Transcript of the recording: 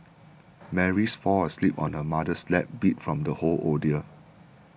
Mary fall asleep on her mother's lap beat from the whole ordeal